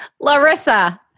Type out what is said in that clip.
Larissa